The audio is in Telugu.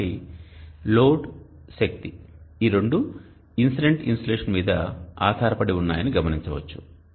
కాబట్టి లోడ్శక్తి ఈ రెండూ ఇన్సిడెంట్ ఇన్సోలేషన్ మీద ఆధారపడి ఉన్నాయని గమనించవచ్చు